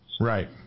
Right